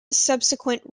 subsequent